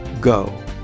go